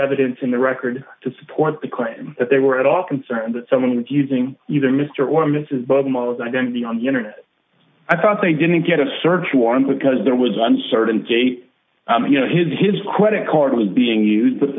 evidence in the record to support the claim that they were at all concerned that someone with using either mr or mrs bob meyers identity on the internet i thought they didn't get a search warrant because there was uncertainty you know him to his credit card was being used with